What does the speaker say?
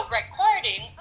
recording